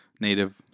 native